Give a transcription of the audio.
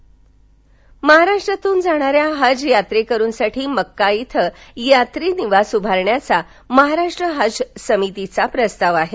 हज महाराष्ट्रातून जाणाऱ्या हज यात्रेकरूंसाठी मक्का धिं यात्री निवास उभारण्याचा महाराष्ट्र हज समितीचा प्रस्ताव आहे